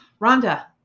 rhonda